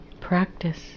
Practice